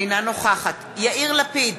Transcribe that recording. אינה נוכחת יאיר לפיד,